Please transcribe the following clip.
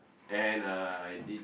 and uh I did